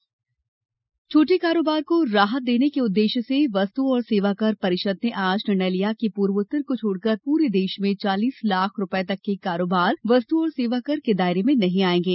GST छोटे कारोबार को राहत देने के उद्देश्य से वस्तु और सेवाकर परिषद ने आज निर्णय लिया कि पूर्वोत्तोर को छोड़कर पूरे देश में चालीस लाख रूपये तक के कारोबार वस्तु और सेवाकर के दायरे में नहीं आयेंगे